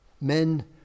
Men